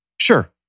Sure